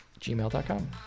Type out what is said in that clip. gmail.com